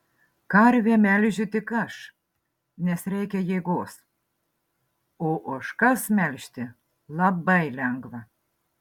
karvę melžiu tik aš nes reikia jėgos o ožkas melžti labai lengva